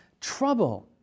trouble